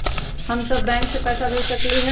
हम सब बैंक में पैसा भेज सकली ह?